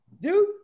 Dude